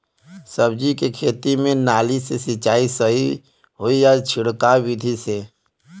सब्जी के खेती में नाली से सिचाई सही होई या छिड़काव बिधि से?